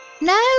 No